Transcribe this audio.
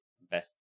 best